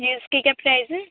جی اس کی کیا پرائز ہے